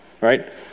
Right